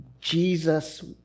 Jesus